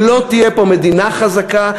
אם לא תהיה פה מדינה חזקה,